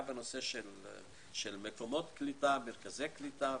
גם בנושא מקומות קליטה ומרכזי קליטה.